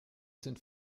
sind